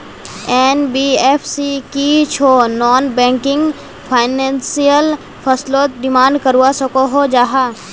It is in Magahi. एन.बी.एफ.सी की छौ नॉन बैंकिंग फाइनेंशियल फसलोत डिमांड करवा सकोहो जाहा?